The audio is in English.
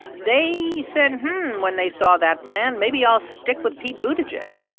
they said, hm, when they saw that plan maybe i'll stick with pete buttigieg.